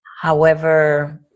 however-